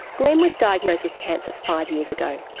glenn was diagnosed with cancer five years ago.